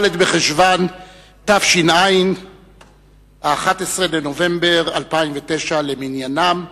בחשוון התש"ע, 11 בנובמבר 2009 למניינם.